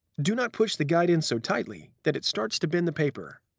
do not push the guide in so tightly that it starts to bend the paper.